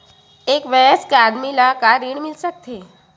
एक वयस्क आदमी ला का ऋण मिल सकथे?